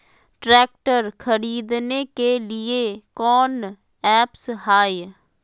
Tractor खरीदने के लिए कौन ऐप्स हाय?